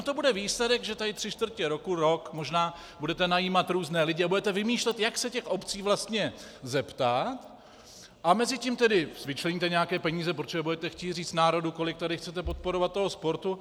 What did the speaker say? No to bude výsledek, že tady tři čtvrtě roku, možná rok budete najímat různé lidi a budete vymýšlet, jak se těch obcí vlastně zeptat, a mezitím tedy vyčleníte nějaké peníze, protože budete chtít říct národu, kolik tady chcete podporovat toho sportu.